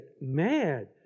mad